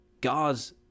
God's